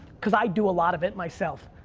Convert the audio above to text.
cuz i do a lot of it myself.